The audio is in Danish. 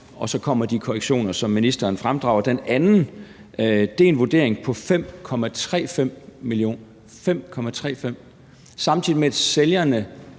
og så kommer de korrektioner, som ministeren fremdrager. Den anden er en vurdering på 5,35 mio. kr. Samtidig med det tilbød